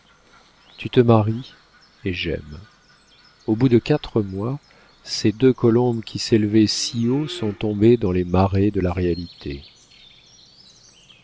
tu te maries et j'aime au bout de quatre mois ces deux colombes qui s'élevaient si haut sont tombées dans les marais de la réalité